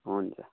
हुन्छ